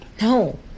No